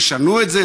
תשנו את זה,